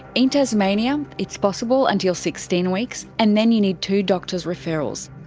in tasmania, it's possible until sixteen weeks, and then you need two doctors referrals.